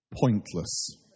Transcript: pointless